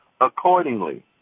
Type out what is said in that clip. accordingly